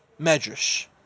medrash